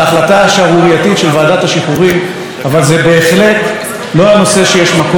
וזה בהחלט לא הנושא שיש מקום להשאיר בו שיקול דעת לוועדת השחרורים.